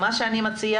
אני מבינה